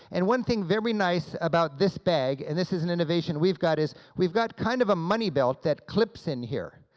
and one thing very nice about this bag, and this is an innovation we've got, is we've got kind of a money belt that clips in here.